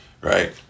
right